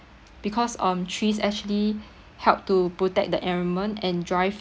because um trees actually help to protect the environment and drive